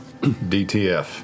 DTF